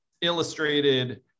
illustrated